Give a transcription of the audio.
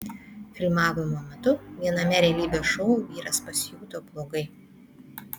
filmavimo metu viename realybės šou vyras pasijuto blogai